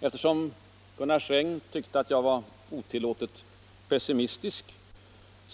Eftersom Gunnar Sträng tyckte att jag var otillåtet pessimistisk